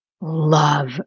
love